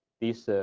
this